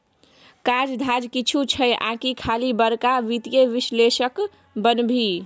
काज धाज किछु छौ आकि खाली बड़का वित्तीय विश्लेषक बनभी